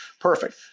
perfect